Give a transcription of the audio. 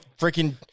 freaking